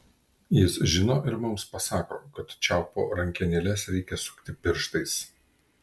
jis žino ir mums pasako kad čiaupo rankenėles reikia sukti pirštais